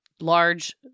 large